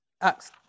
Acts